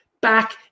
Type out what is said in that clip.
back